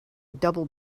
double